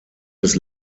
des